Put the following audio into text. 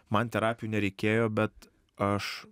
man terapijų nereikėjo bet aš